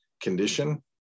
condition